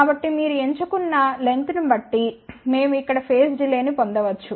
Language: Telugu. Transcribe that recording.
కాబట్టి మీరు ఎంచుకున్న లెంగ్త్ ను బట్టి మేము ఇక్కడ ఫేజ్ డిలే ని పొందవచ్చు